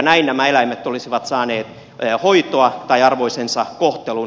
näin nämä eläimet olisivat saaneet hoitoa tai arvoisensa kohtelun